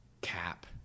cap